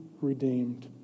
redeemed